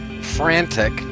frantic